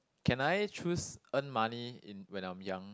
can I choose earn money in when I'm young